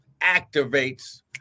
activates